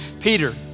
Peter